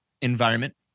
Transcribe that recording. environment